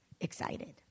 excited